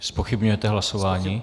Zpochybňujete hlasování?